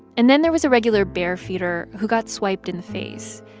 and then there was a regular bear feeder who got swiped in the face.